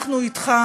אנחנו אתך,